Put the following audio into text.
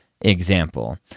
example